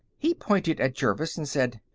he pointed at jervis and said,